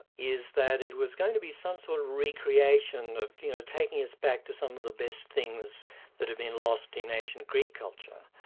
is that it was going to be some sort of re-creation, you know taking us back to some of the best things that had been lost in ancient greek culture.